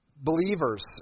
believers